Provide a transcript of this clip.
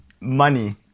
money